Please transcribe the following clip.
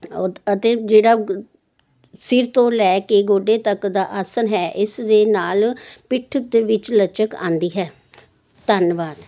ਆ ਅਤੇ ਜਿਹੜਾ ਸਿਰ ਤੋਂ ਲੈ ਕੇ ਗੋਡੇ ਤੱਕ ਦਾ ਆਸਨ ਹੈ ਇਸ ਦੇ ਨਾਲ ਪਿੱਠ ਦੇ ਵਿੱਚ ਲਚਕ ਆਉਂਦੀ ਹੈ ਧੰਨਵਾਦ